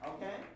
Okay